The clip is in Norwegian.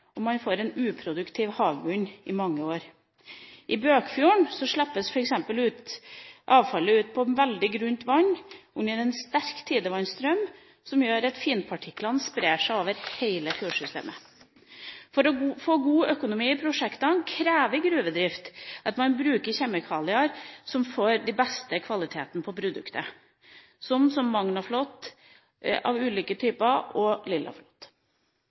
og man får en uproduktiv havbunn i mange år. I Bøkfjorden slippes f.eks. avfallet ut på veldig grunt vann under en sterk tidevannsstrøm, noe som gjør at finpartiklene spres over hele fjordsystemet. For å få god økonomi i prosjektene krever gruvedrift at man bruker kjemikalier for å få den beste kvaliteten på produktet, som Magnafloc av ulike typer og